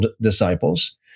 disciples